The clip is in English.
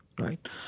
right